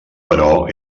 però